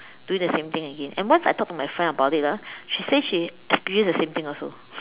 doing the same thing again and once I talked to my friend about it ah she say she experienced the same thing also